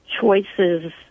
choices